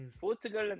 Portugal